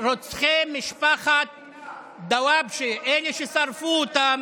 רוצחי משפחת דוואבשה, אלה ששרפו אותם,